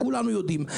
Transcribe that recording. וכולנו יודעים,